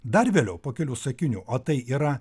dar vėliau po kelių sakinių o tai yra